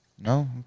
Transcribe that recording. No